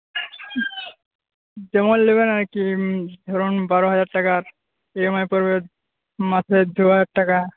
যেমন নেবেন আর কি ধরুন বারো হাজার টাকা ই এম আই পড়বে মাসে দু হাজার টাকা